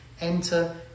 Enter